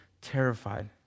terrified